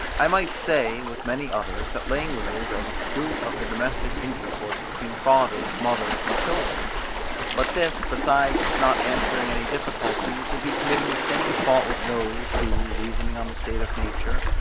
i might say, with many others, that languages are the fruit of the domestic intercourse between fathers, mothers, and children but this, besides its not answering any difficulties, would be committing the same fault with those, who reasoning on the state of nature,